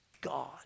God